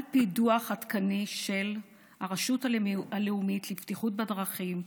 על פי דוח עדכני של הרשות הלאומית לבטיחות בדרכים,